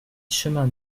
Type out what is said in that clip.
chemin